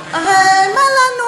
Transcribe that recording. הרי מה לנו,